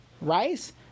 rice